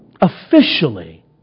officially